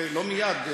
לא מייד,